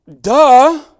Duh